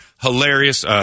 Hilarious